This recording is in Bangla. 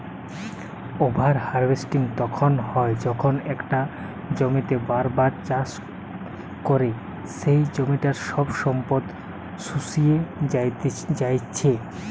ওভার হার্ভেস্টিং তখন হয় যখন একটা জমিতেই বার বার চাষ করে সেই জমিটার সব সম্পদ শুষিয়ে জাত্ছে